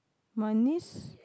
my niece